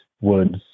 woods